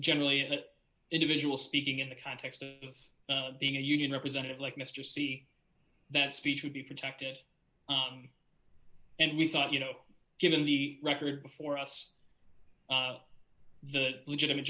generally of an individual speaking in the context of being a union representative like mr c that speech would be protected and we thought you know given the record before us the legitimate